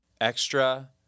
Extra